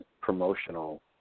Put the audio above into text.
promotional